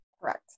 Correct